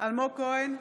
אלמוג כהן,